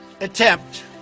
attempt